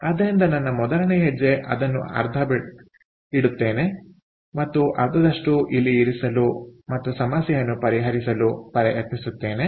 ಆದ್ದರಿಂದ ನನ್ನ ಮೊದಲ ಹೆಜ್ಜೆ ಅದನ್ನು ಅರ್ಧ ಬಿಡುತ್ತೇನೆ ಮತ್ತು ಅರ್ಧದಷ್ಟನ್ನು ಇಲ್ಲಿ ಇರಿಸಲು ಮತ್ತು ಸಮಸ್ಯೆಯನ್ನು ಪರಿಹರಿಸಲು ಪ್ರಯತ್ನಿಸುತ್ತೇನೆ